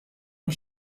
mei